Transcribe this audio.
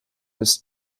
des